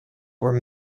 were